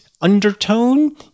undertone